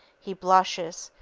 he blushes,